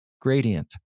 gradient